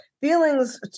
feelings